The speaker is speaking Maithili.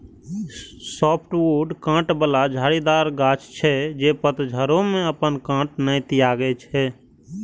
सॉफ्टवुड कांट बला झाड़ीदार गाछ छियै, जे पतझड़ो मे अपन कांट नै त्यागै छै